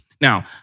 Now